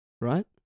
right